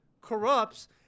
corrupts